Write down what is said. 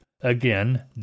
Again